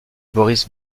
boris